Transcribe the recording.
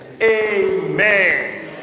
amen